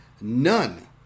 none